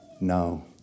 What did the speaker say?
no